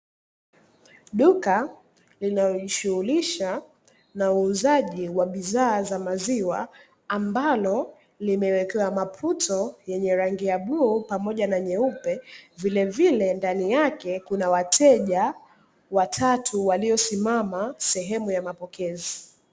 Duka linalojishughulisha na uuzaji wa bidhaa za maziwa, ambalo limewekewa maputo yenye rangi ya bluu pamoja na nyeupe, vilevile ndani yake kuna wateja watatu waliosimama sehemu ya mapokezi.